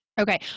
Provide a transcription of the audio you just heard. okay